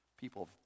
People